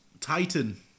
Titan